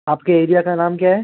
आपके एरिया का नाम क्या है